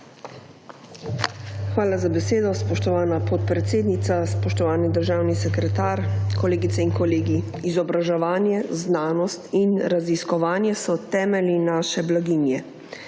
Hvala za besedo, spoštovana podpredsednica. Spoštovani državni sekretar. Kolegice in kolegi. Izobraževanje, znanost in raziskovanje so temelji naše blaginje.